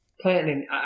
planting